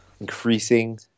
increasing